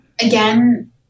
Again